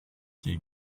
qui